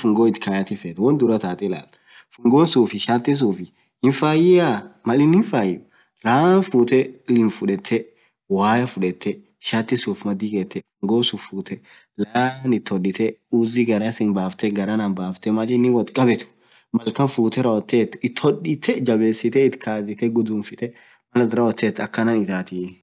fungoo shaatiit kayaatii feet woan duraa taatin ilaat fungoon suufii shaatii suun hinfaiaa, maaliininn faii laan liim fuutee shaatii fuutee wayaa fuutee, shatii fungoo itt keetee achiin baasitee uzii suun maalin woat kaabeet jaabesitee itkazitee guduunfitee malatin rawoat akassit.